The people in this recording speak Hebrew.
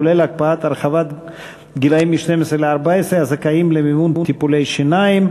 לרבות הקפאת הרחבת הגילאים הזכאים למימון טיפולי שיניים,